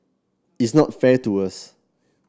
it's not fair to us